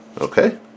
Okay